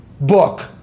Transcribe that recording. book